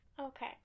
Okay